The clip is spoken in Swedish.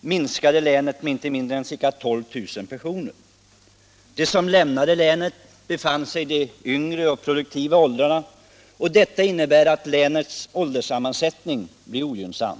minskades befolkningen i Värmlands län med inte mindre än ca 12 000 personer. De som lämnade länet befann sig i de yngre och produktiva åldrarna, vilket innebär att ålderssammansättningen blir ogynnsam.